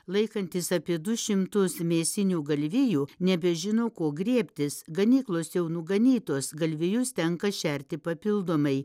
laikantis apie du šimtus mėsinių galvijų nebežino ko griebtis ganyklos jau nuganytos galvijus tenka šerti papildomai